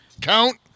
Count